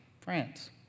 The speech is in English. France